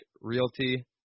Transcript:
Realty